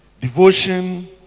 devotion